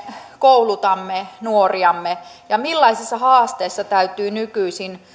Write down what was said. koulutamme nuoriamme ja millaisessa haasteessa täytyy nykyisin